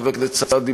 חבר הכנסת סעדי,